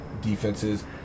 defenses